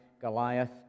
Goliath